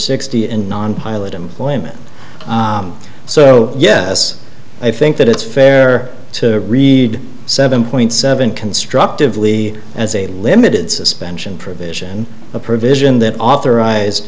and non pilot employment so yes i think that it's fair to read seven point seven constructively as a limited suspension provision a provision that authorized